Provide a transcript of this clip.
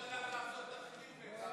היושב-ראש הלך לעשות תחקיר בטח.